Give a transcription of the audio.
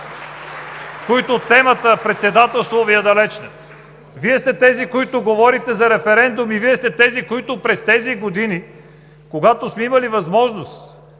които темата „Председателство“ Ви е далечна. Вие сте тези, които говорите за референдум и Вие сте тези, които през тези години, когато сме имали възможност